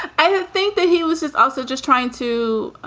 i think that he was just also just trying to